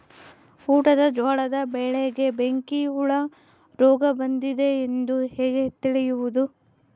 ಊಟದ ಜೋಳದ ಬೆಳೆಗೆ ಬೆಂಕಿ ಹುಳ ರೋಗ ಬಂದಿದೆ ಎಂದು ಹೇಗೆ ತಿಳಿಯುವುದು?